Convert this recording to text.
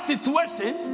situation